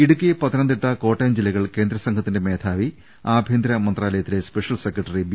ഇടുക്കി പത്തനംതിട്ട കോട്ടയം ജില്ലകൾ കേന്ദ്രസംഘ ത്തിന്റെ മേധാവി ആഭൃന്തര മന്ത്രാലയത്തിലെ സ്പെഷൃൽ സെക്രട്ടറി ബി